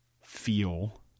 feel